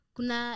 Kuna